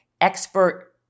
expert